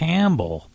Campbell